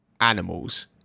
animals